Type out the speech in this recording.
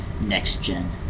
next-gen